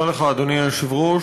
אדוני השר,